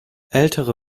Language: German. ältere